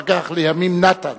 לימים נתן,